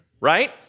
right